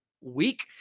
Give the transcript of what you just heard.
week